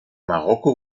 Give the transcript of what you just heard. marokko